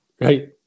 right